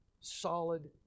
solid